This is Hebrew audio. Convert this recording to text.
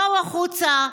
בואו החוצה,